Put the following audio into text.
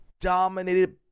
dominated